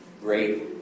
great